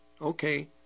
Okay